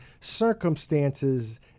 circumstances